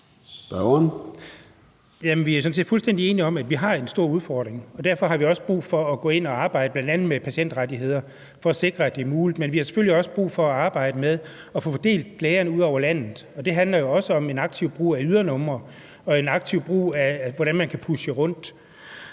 set fuldstændig enige i, at vi har en stor udfordring. Derfor har vi også brug for at gå ind og arbejde med bl.a. patientrettigheder for at sikre, at det er muligt. Men vi har selvfølgelig også brug for at arbejde med at få fordelt klagerne ud over landet. Det handler også om en aktiv brug af ydernumre og en aktiv brug af, hvordan man kan pushe rundt.